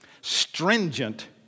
stringent